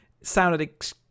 sounded